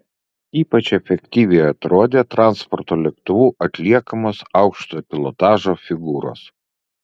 ypač efektyviai atrodė transporto lėktuvu atliekamos aukštojo pilotažo figūros